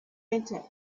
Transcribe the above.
enter